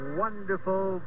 wonderful